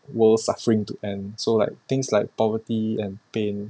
world suffering to end so like things like poverty and pain